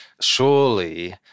Surely